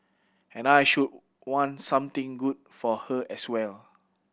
and I should want something good for her as well